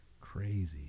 crazy